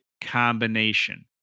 combination